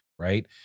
Right